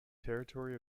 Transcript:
territory